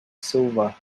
silver